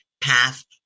path